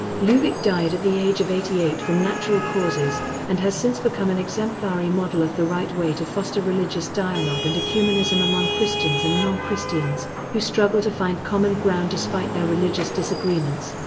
lubich died at the age of eighty eight from natural causes and has since become an exemplary model of the right way to foster religious dialogue and ecumenism among christians and non-christians who struggle to find common ground despite their religious disagreements.